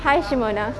hi shamona